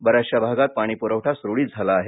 बऱ्याचशा भागात पाणी प्रवठा सुरळीत झाला आहे